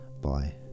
bye